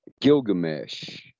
gilgamesh